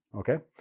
okay?